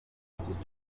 nsinzi